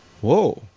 whoa